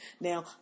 Now